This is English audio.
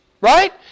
right